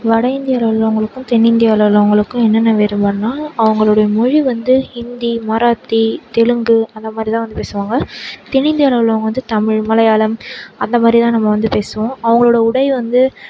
வட இந்தியாவில உள்ளவங்களுக்கும் தென்னிந்தியாவில உள்ளவங்களுக்கும் என்னென்ன வேறுபாடுனா அவங்களுடைய மொழி வந்து ஹிந்தி மராத்தி தெலுங்கு அந்த மாதிரிதான் வந்து பேசுவாங்க தென்னிந்தியாவில உள்ளவங்க வந்து தமிழ் மலையாளம் அந்த மாதிரி தான் நம்ம வந்து பேசுவோம் அவங்களோட உடை வந்து